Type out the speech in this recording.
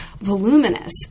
voluminous